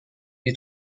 est